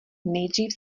nejdřív